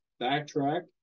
backtrack